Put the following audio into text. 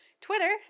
Twitter